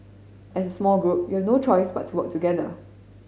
as small group you no choice but to work together